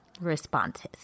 responses